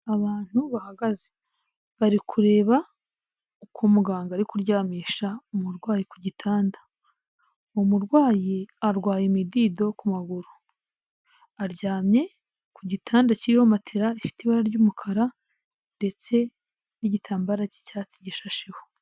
Abantu bahagaze bari kureba uko muganga ari kuryamisha umurwayi ku gitanda, uwo murwayi arwaye imidido ku maguru, aryamye ku gitanda kiho matera ifite ibara ry'umukara ndetse n'igitambaro cy'icyatsi gishasheho.